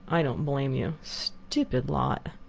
i don't blame you stupid lot!